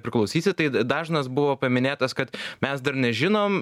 priklausysi tai dažnas buvo paminėtas kad mes dar nežinom